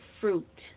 fruit